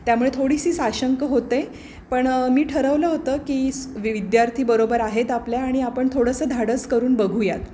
त्यामुळे थोडीशी साशंक होते पण मी ठरवलं होतं की वि विद्यार्थी बरोबर आहेत आपल्या आणि आपण थोडंसं धाडस करून बघूयात